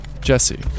Jesse